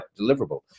deliverable